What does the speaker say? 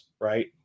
right